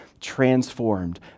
transformed